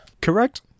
Correct